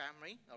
family